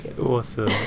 awesome